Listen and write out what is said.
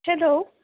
hello